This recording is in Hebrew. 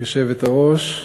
גברתי היושבת-ראש,